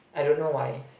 I don't know why